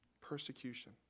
Persecution